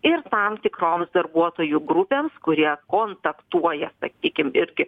ir tam tikroms darbuotojų grupėms kurie kontaktuoja sakykim irgi